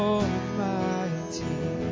Almighty